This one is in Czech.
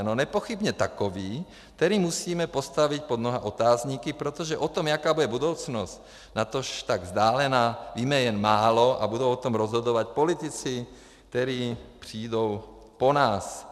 No nepochybně takový, který musíme postavit pod mnoha otazníky, protože o tom, jaká bude budoucnost, natož tak vzdálená, víme jen málo a budou o tom rozhodovat politici, kteří přijdou po nás.